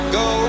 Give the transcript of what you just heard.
go